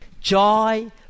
Joy